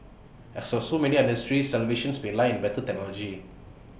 as so so many other industries salvation may lie in better technology